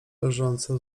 leżące